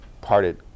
parted